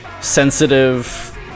sensitive